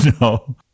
No